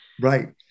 Right